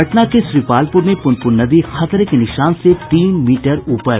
पटना के श्रीपालपुर में पुनपुन नदी खतरे के निशान से तीन मीटर ऊपर